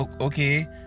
Okay